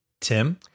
Tim